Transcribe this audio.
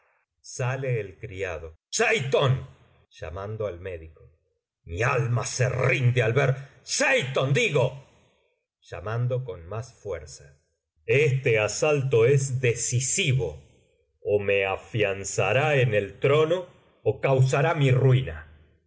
mi alma se rinde al ver seyton digo llamando con más fuerza este asalto es decisivo ó me afianzará en el trono ó causará mi ruina